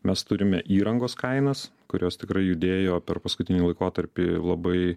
mes turime įrangos kainas kurios tikrai judėjo per paskutinį laikotarpį labai